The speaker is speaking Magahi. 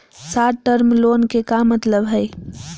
शार्ट टर्म लोन के का मतलब हई?